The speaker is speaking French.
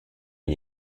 une